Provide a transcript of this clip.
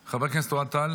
חבר הכנסת אוהד טל,